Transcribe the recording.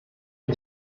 est